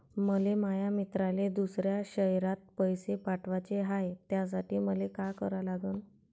मले माया मित्राले दुसऱ्या शयरात पैसे पाठवाचे हाय, त्यासाठी मले का करा लागन?